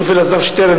אלוף אלעזר שטרן,